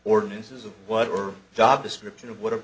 ordinances of what we're job description of what a